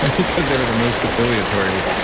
and because they were the most affiliatory.